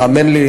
האמן לי,